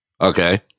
Okay